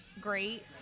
great